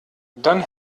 dann